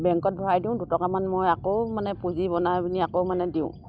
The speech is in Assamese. বেংকত ভৰাই দিওঁ দুটকামান মই আকৌ মানে পুঁজি বনাই পিনি আকৌ মানে দিওঁ